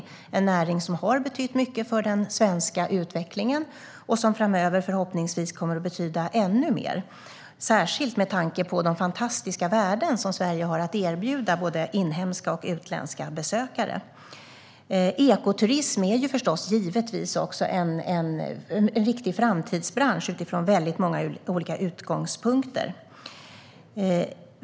Denna näring har betytt mycket för den svenska utvecklingen, och den kommer förhoppningsvis betyda ännu mer framöver - särskilt med tanke på de fantastiska värden som Sverige har att erbjuda både inhemska och utländska besökare. Ekoturism är givetvis en viktig framtidsbransch utifrån många olika utgångspunkter.